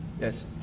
Yes